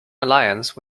alliance